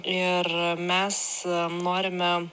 ir mes norime